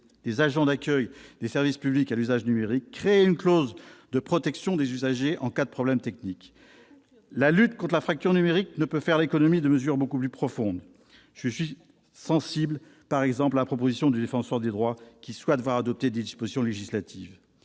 des agents d'accueil des services publics à l'usage numérique, créer une clause de protection des usagers en cas de problème technique -, la lutte contre la fracture numérique ne peut faire l'économie de mesures beaucoup plus profondes. Je suis sensible, par exemple, à la proposition du Défenseur des droits de voir adopter des dispositions législatives.